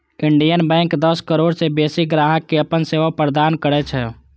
Indian bank दस करोड़ सं बेसी ग्राहक कें अपन सेवा प्रदान करै छै